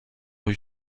rue